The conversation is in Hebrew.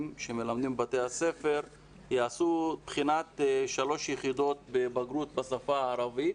שמלמדים בבתי הספר יעשו בחינת שלוש יחידות בבגרות בשפה הערבית